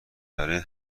برای